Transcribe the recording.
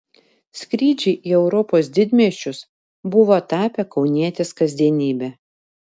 skrydžiai į europos didmiesčius buvo tapę kaunietės kasdienybe